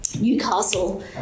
Newcastle